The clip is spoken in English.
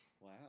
Wow